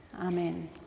Amen